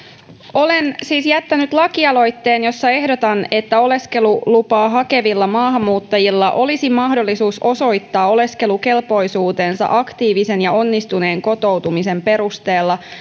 olen siis jättänyt lakialoitteen jossa ehdotan että oleskelulupaa hakevilla maahanmuuttajilla olisi mahdollisuus osoittaa oleskelukelpoisuutensa aktiivisen ja onnistuneen kotoutumisen perusteella